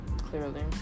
Clearly